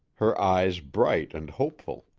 her eyes bright and hopeful.